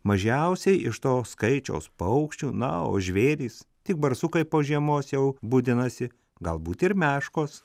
mažiausiai iš to skaičiaus paukščių na o žvėrys tik barsukai po žiemos jau budinasi galbūt ir meškos